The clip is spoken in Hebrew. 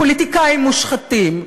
פוליטיקאים מושחתים,